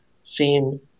seen